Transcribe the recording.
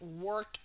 work